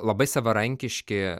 labai savarankiški